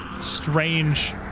strange